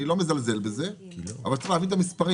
אני לא מזלזל בזה, אבל צריך להבין את המספרים.